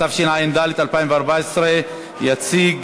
התשע"ד 2014. יציג